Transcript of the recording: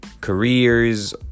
careers